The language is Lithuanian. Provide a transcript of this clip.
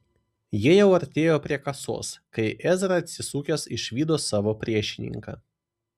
jie jau artėjo prie kasos kai ezra atsisukęs išvydo savo priešininką